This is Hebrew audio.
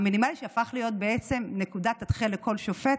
המינימלי והפך להיות בעצם נקודת התחלה לכל שופט,